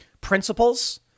principles